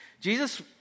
Jesus